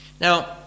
Now